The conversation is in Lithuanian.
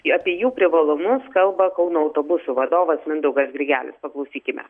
į apie jų privalumus kalba kauno autobusų vadovas mindaugas grigelis paklausykime